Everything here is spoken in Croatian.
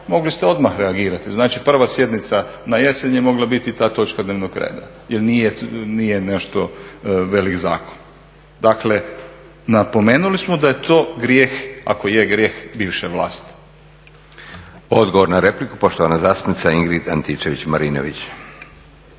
mogli ste odmah reagirati. Znači, prva sjednica na jesen je mogla biti ta točka dnevnog reda jer nije nešto veliki zakon. Dakle, napomenuli smo da je to grijeh ako je grijeh bivše vlasti. **Leko, Josip (SDP)** Odgovor na repliku, poštovana zastupnica Ingrid Antičević-Marinović.